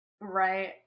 Right